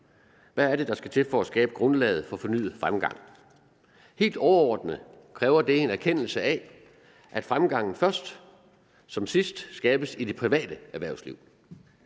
Hvad er det, der skal til for at skabe grundlaget for fornyet fremgang? Helt overordnet kræver det en erkendelse af, at fremgangen først som sidst skabes i det private erhvervsliv,